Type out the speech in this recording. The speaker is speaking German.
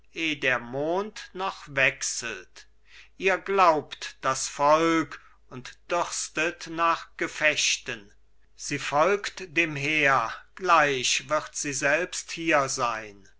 der mond noch wechselt ihr glaubt das volk und dürstet nach gefechten sie folgt dem heer gleich wird sie selbst hiersein